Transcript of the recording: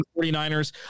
49ers